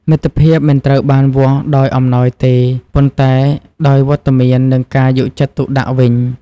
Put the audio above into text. មិត្តភាពមិនត្រូវបានវាស់ដោយអំណោយទេ ប៉ុន្តែដោយវត្តមាន និងការយកចិត្តទុកដាក់វិញ។